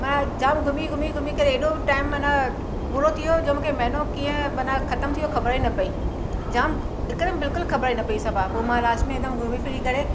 मां जाम घुमी घुमी घुमी करे हेॾो टाइम माना पूरो थी वियो जो मुखे महीनो कीअं बना ख़तमु थिओ ख़बर ही न पई जाम हिकदमु बिल्कुलु ख़बर ई न पई सभा पो मां लास्ट में हिकदमु घुमी फिरी करे